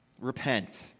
repent